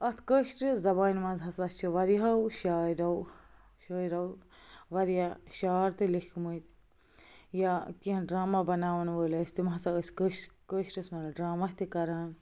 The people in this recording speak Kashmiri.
اَتھ کٲشرِ زبانہِ منٛز ہسا چھِ واریاہو شٲعرو شٲعرو واریاہ شعر تہِ لیٚکھمٕتۍ یا کیٚنٛہہ ڈرٛاما بناوَن وٲلۍ ٲسۍ تِم ہَسا ٲسۍ کٔش کٲشرِس منٛز ڈرٛاما تہِ کَران